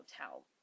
hotel